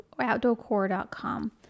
outdoorcore.com